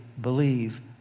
believe